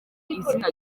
izina